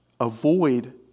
avoid